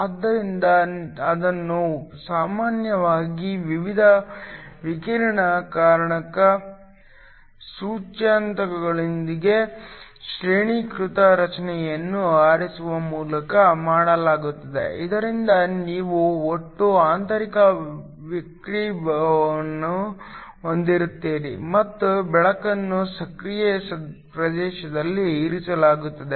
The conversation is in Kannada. ಆದ್ದರಿಂದ ಇದನ್ನು ಸಾಮಾನ್ಯವಾಗಿ ವಿವಿಧ ವಕ್ರೀಕಾರಕ ಸೂಚ್ಯಂಕಗಳೊಂದಿಗೆ ಶ್ರೇಣೀಕೃತ ರಚನೆಯನ್ನು ಆರಿಸುವ ಮೂಲಕ ಮಾಡಲಾಗುತ್ತದೆ ಇದರಿಂದ ನೀವು ಒಟ್ಟು ಆಂತರಿಕ ವಕ್ರೀಭವನವನ್ನು ಹೊಂದಿರುತ್ತೀರಿ ಮತ್ತು ಬೆಳಕನ್ನು ಸಕ್ರಿಯ ಪ್ರದೇಶದಲ್ಲಿ ಇರಿಸಲಾಗುತ್ತದೆ